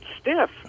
stiff